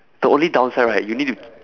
the only downside right you need to